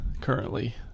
currently